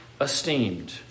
esteemed